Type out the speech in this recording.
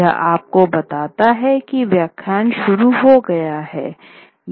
यह आपको बताता है कि व्याख्यान शुरू हो गया है